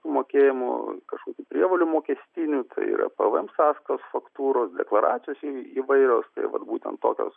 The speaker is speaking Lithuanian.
sumokėjimo kažkokių prievolių moksetinių tai yra pvm sąskaitos faktūros deklaracijos įvairios tai vat būtent tokios